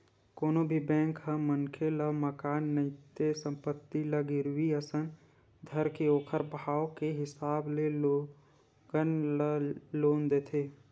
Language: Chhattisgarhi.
कोनो भी बेंक ह मनखे ल मकान नइते संपत्ति ल गिरवी असन धरके ओखर भाव के हिसाब ले लोगन ल लोन देथे